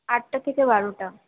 আটটা থেকে বারোটা